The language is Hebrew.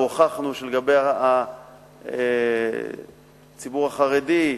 והוכחנו שלגבי הציבור החרדי,